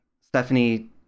Stephanie